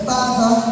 Father